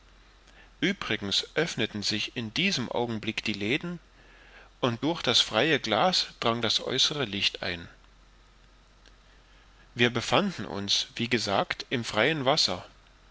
uebrigens öffneten sich in diesem augenblick die läden und durch das freie glas drang das äußere licht ein wir befanden uns wie gesagt im freien wasser